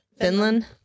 Finland